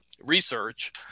research